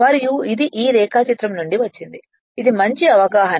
మరియు ఇది ఈ రేఖాచిత్రం నుండి వచ్చింది ఇది మంచి అవగాహన